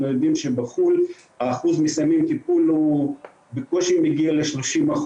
יודעים שבחו"ל אחוז מסיימי טיפול בקושי מגיע ל-30%.